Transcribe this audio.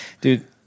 Dude